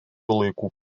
laikų